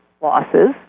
losses